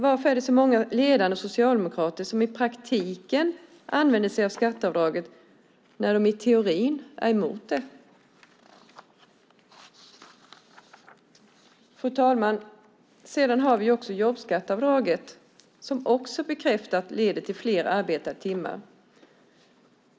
Varför är det så många ledande socialdemokrater som i praktiken använder sig av skatteavdraget när de i teorin är emot det? Fru talman! Sedan har vi jobbskatteavdraget som också, bekräftat, leder till fler arbetade timmar.